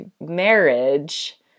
marriage